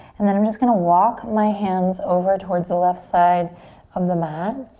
and then i'm just gonna walk my hands over towards the left side of the mat.